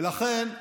ולכן,